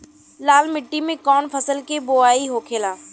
लाल मिट्टी में कौन फसल के बोवाई होखेला?